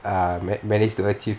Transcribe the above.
um man~ managed to achieve